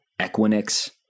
Equinix